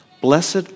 blessed